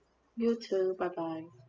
you too bye bye